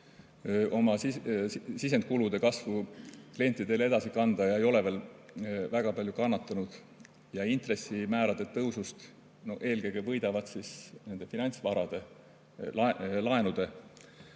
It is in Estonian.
oma sisendikulude kasvu klientidele edasi kanda ja ei ole veel väga palju kannatanud. Ja intressimäärade tõusust eelkõige võidavad nende finantsvarade, laenude